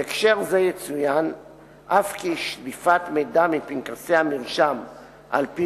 בהקשר זה יצוין אף כי שליפת מידע מפנקסי המרשם על-פי